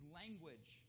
language